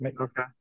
Okay